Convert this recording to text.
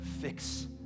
fix